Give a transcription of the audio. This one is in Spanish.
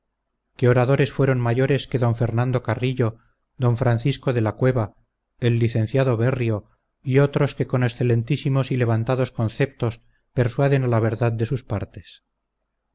qué oradores fueron mayores que don fernando carrillo don francisco de la cueva el licenciado berrio y otros que con excelentísimos y levantados conceptos persuaden a la verdad de sus partes